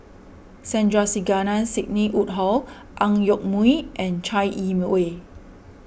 Sandrasegaran Sidney Woodhull Ang Yoke Mooi and Chai Yee Wei